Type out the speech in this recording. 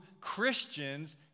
Christians